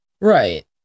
right